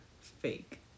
fake